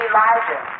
Elijah